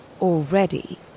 already